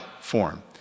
form